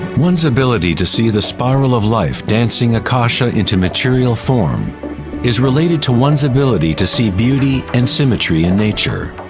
one's ability to see the spiral of life dancing akasha into material form is related to one's ability to see beauty and symmetry in nature.